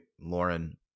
Lauren